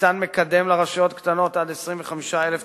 ניתן מקדם לרשויות קטנות עד 25,000 תושבים,